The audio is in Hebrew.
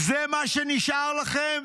זה מה שנשאר לכם?